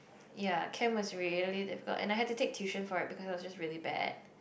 ya chem was really difficult and I had to take tuition for it because I was just really bad